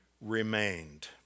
remained